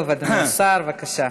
טוב, אדוני השר, בבקשה.